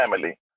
family